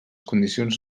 condicions